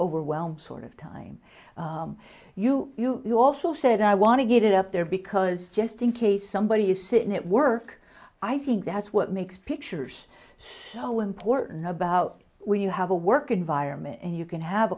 overwhelmed sort of time you also said i want to get it up there because just in case somebody is sitting at work i think that's what makes pictures so important about when you have a work environment and you can have